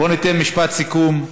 בוא ניתן משפט סיכום.